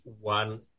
one